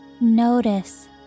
Notice